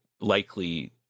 likely